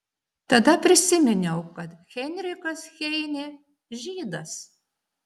tada prisiminiau kad heinrichas heinė žydas